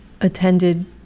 attended